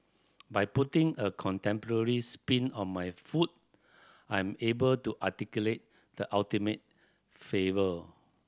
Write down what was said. by putting a contemporary spin on my food I'm able to articulate the ultimate flavour